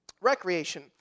Recreation